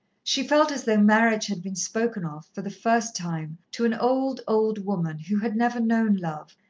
she felt as though marriage had been spoken of, for the first time, to an old, old woman, who had never known love,